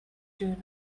doing